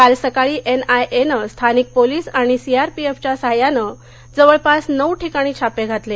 काल सकाळी एनआयएनं स्थानिक पोलीस आणि सीआरपीएफघ्या साद्यानं जवळपास नऊ ठिकाणी छापे घातले